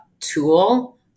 tool